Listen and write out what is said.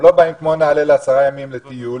הם לא באים כמו נעל"ה לעשרה ימים לטיול.